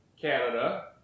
Canada